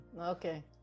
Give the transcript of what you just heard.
Okay